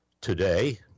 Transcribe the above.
Today